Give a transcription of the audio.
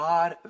God